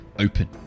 open